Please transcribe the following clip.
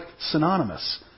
synonymous